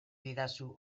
didazu